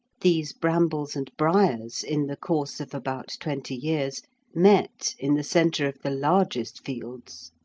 these brambles and briars in the course of about twenty years met in the centre of the largest fields.